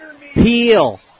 Peel